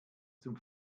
zum